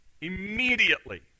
Immediately